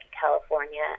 California